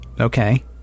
Okay